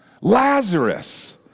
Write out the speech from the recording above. Lazarus